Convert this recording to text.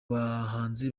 bahanzi